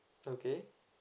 okay